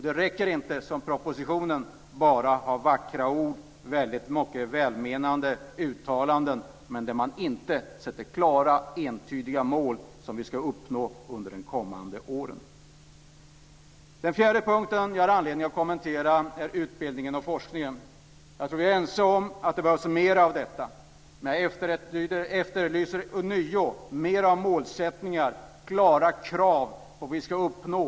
Det räcker inte att, som i propositionen, bara ha vackra ord och välmenande uttalanden utan att sätta klara och entydiga mål som vi ska uppnå under de kommande åren. Den fjärde punkten jag har anledning att kommentera gäller utbildningen och forskningen. Jag tror att vi är ense om att det behövs mer av detta. Jag efterlyser även här målsättningar och klara krav på vad vi ska uppnå.